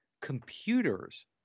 computers